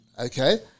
okay